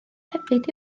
hefyd